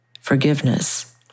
forgiveness